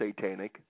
satanic